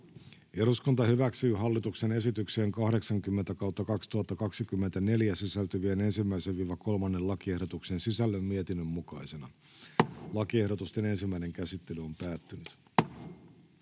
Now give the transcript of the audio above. eduskunta hyväksyy hallituksen esitykseen HE 60/2024 sisältyvien 1. ja 2. lakiehdotuksen sisällön mietinnön mukaisena. Lakiehdotusten ensimmäinen käsittely on päättynyt.